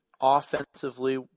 offensively